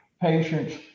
patients